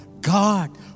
God